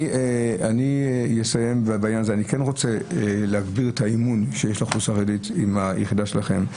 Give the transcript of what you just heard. אני רוצה להגביר את האמון של האוכלוסייה החרדית עם היחידה שלכם.